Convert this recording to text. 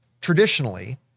traditionally—